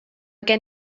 gen